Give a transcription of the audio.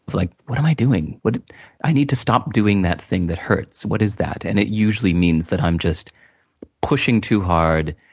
like, what am i doing? i need to stop doing that thing that hurts. what is that? and, it usually means that i'm just pushing too hard,